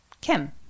Kim